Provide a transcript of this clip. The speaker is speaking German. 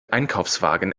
einkaufswagen